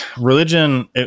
religion